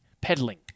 pedaling